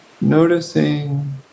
noticing